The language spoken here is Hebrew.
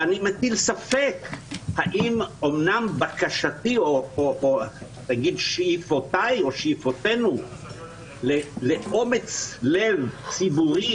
שאני מטיל ספק האם אומנם בקשתי או שאיפותיי או שאיפותינו לאומץ לב ציבורי